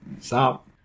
Stop